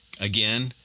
Again